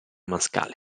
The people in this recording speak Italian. mascali